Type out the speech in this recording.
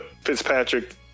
Fitzpatrick